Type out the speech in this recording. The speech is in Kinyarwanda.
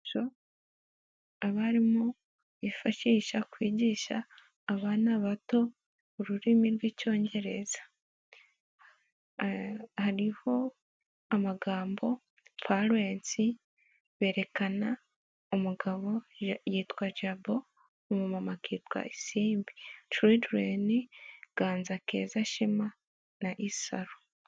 Abarimu bifashisha kwigisha abana bato ururimi rw'icyongereza, hariho amagambo parensi berekana umugabo yitwa Jabo, umumama akitwa Isimbi, ciridireni, Ganza, Keza, Shema na Isaro